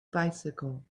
bicycle